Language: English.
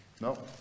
No